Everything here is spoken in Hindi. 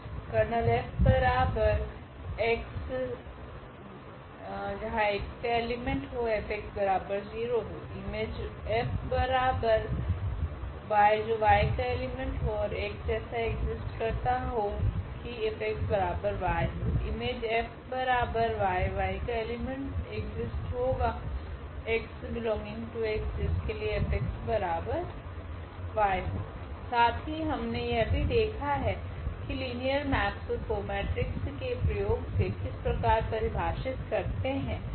Ker 𝐹 𝑥 ∈ 𝐹𝑥 0 Im 𝐹 ∈ 𝑌 एक्सिस्ट होगा 𝑥 ∈ 𝑋 जिसके लिए 𝐹𝑥 𝑦 साथ ही हमने यह भी देखा है की लिनियर मेपस को मेट्रिक्स के प्रयोग से किस प्रकार परिभाषित करते है